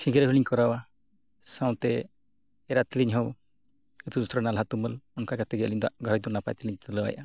ᱦᱚᱸᱞᱤᱧ ᱠᱚᱨᱟᱣᱟ ᱥᱟᱶᱛᱮ ᱮᱨᱟ ᱛᱟᱹᱞᱤᱧ ᱦᱚᱸ ᱟᱛᱳ ᱫᱤᱥᱚᱢ ᱱᱟᱞᱦᱟ ᱛᱩᱢᱟᱹᱞ ᱚᱱᱠᱟ ᱛᱮᱜᱮ ᱟᱹᱞᱤᱧ ᱫᱚ ᱜᱷᱟᱨᱚᱸᱡᱽ ᱫᱚ ᱱᱟᱯᱟᱭ ᱛᱮᱞᱤᱧ ᱪᱟᱞᱟᱣᱮᱫᱼᱟ